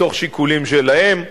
מתוך שיקולים שלהם.